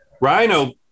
Rhino